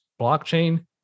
blockchain